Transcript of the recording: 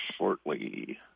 shortly